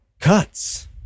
cuts